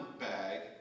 bag